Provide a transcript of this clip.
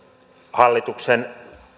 hallituksen